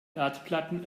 erdplatten